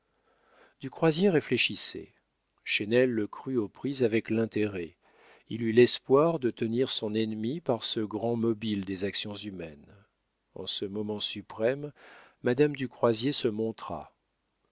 du croisier réfléchissait chesnel le crut aux prises avec l'intérêt il eut l'espoir de tenir son ennemi par ce grand mobile des actions humaines en ce moment suprême madame du croisier se montra